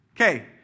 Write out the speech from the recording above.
Okay